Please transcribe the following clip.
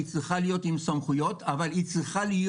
היא צריכה להיות עם סמכויות אבל היא צריכה להיות